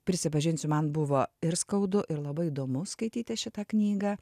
prisipažinsiu man buvo ir skaudu ir labai įdomu skaityti šitą knygą